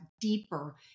deeper